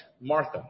Martha